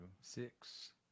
Six